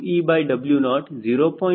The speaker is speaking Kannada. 45 ದಿಂದ 0